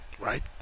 Right